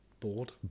Bored